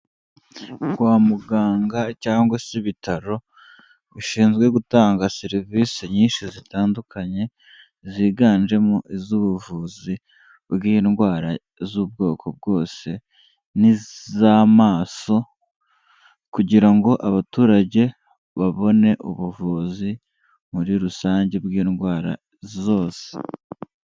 Kwa muganga cyangwa se ibitaro bishinzwe gutanga serivisi nyinshi zitandukanye, ziganjemo iz'ubuvuzi bw'indwara z'ubwoko bwose n'iz'amaso kugira ngo abaturage babone ubuvuzi muri rusange bw'indwara zose.